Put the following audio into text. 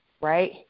right